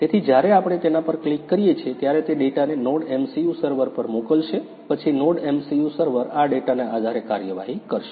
તેથી જ્યારે આપણે તેના પર ક્લિક કરીએ છીએ ત્યારે તે ડેટાને NodeMCU સર્વર પર મોકલશે પછી NodeMCU સર્વર આ ડેટાના આધારે કાર્યવાહી કરશે